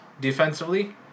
defensively